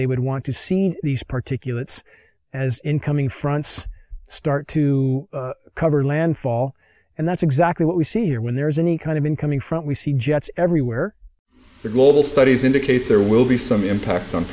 they would want to see these particulates as incoming fronts start to cover landfall and that's exactly what we see here when there is any kind of incoming front we see jets everywhere the global studies indicate there will be some impact